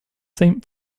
saint